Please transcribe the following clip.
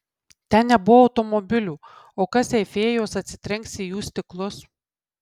ten nebuvo automobilių o kas jei fėjos atsitrenks į jų stiklus